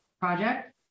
project